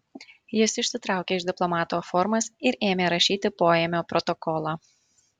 jis išsitraukė iš diplomato formas ir ėmė rašyti poėmio protokolą